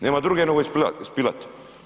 Nema druge nego ispilati.